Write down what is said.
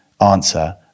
answer